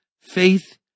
faith